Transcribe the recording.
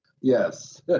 Yes